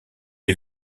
est